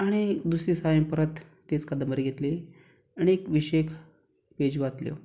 आनी दुसरे दिसा हांवें परत तीच कादंबरी घेतली आनी विशेक पेजी वाचल्यो